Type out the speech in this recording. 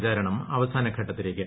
പ്രചാരണം അവസാന ഘട്ടത്തിലേക്ക്